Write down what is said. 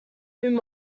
whom